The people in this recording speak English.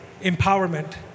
empowerment